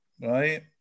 right